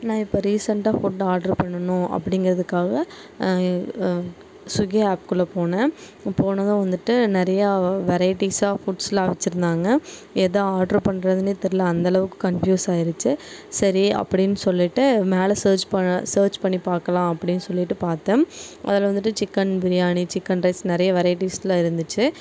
நான் இப்போ ரீசென்ட்டாக ஃபுட் ஆர்ட்ரு பண்ணணும் அப்படிங்கறதுக்கா ஸ்விகி ஆப் குள்ளே போனேன் போனதும் வந்துட்டு நிறையா வெரைட்டீஸாக ஃபுட்ஸெல்லாம் வச்சுருந்தாங்க எது ஆர்ட்ரு பண்ணுறதுனே தெரில அந்தளவுக்கு கன்ஃபியூஸ் ஆகிருச்சி சரி அப்படினு சொல்லிட்டு மேலே சர்ச் பண்ண சர்ச் பண்ணி பார்க்கலாம் அப்படினு சொல்லிட்டு பார்த்தேன் அதில் வந்துட்டு சிக்கன் பிரியாணி சிக்கன் ரைஸ் நிறைய வெரைடீஸெல்லாம் இருந்துச்சு